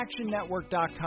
ActionNetwork.com